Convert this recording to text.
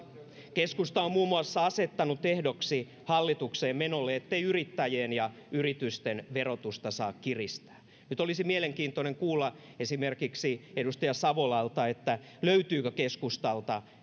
keskusta on asettanut ehdoksi hallitukseen menolle muun muassa ettei yrittäjien ja yritysten verotusta saa kiristää nyt olisi mielenkiintoista kuulla esimerkiksi edustaja savolalta löytyykö keskustalta